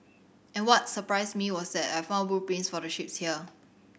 and what surprised me was that I found blueprints for the ships here